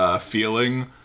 feeling